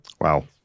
Wow